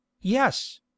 Yes